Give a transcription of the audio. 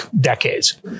decades